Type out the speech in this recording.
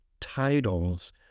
titles